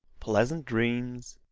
pleasant dreams!